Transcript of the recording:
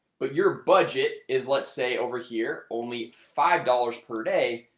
but your budget is let's say over here only five dollars per day.